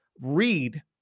read